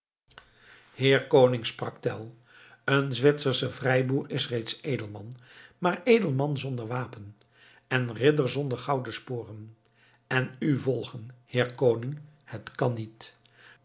heer koning sprak tell een zwitsersche vrijboer is reeds edelman maar edelman zonder wapen en ridder zonder gouden sporen en u volgen heer koning het kan niet